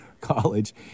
college